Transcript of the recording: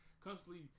constantly